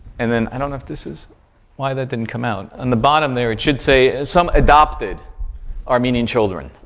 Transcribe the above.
and then i don't know if this is why that didn't come out? on the bottom there it should say some adopted armenian children.